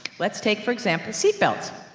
let's take for example seat belts.